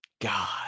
God